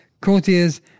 Courtiers